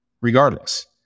regardless